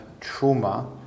trauma